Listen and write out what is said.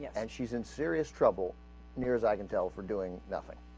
and she's in serious trouble near as i can tell from doing nothing